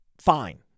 fine